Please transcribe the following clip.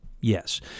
Yes